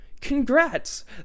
Congrats